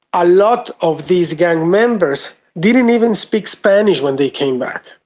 a lot of these gang members didn't even speak spanish when they came back.